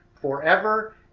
forever